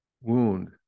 wound